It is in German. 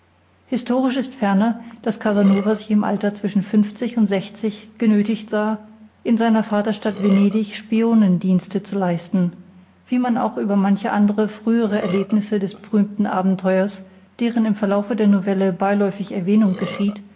historisch ist ferner daß casanova sich im alter zwischen fünfzig und sechzig genötigt sah in seiner vaterstadt venedig spionendienste zu leisten wie man auch über manche andre frühere erlebnisse des berühmten abenteurers deren im verlaufe der novelle beiläufig erwähnung geschieht